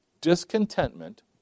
Discontentment